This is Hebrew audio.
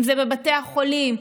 אם זה בבתי החולים,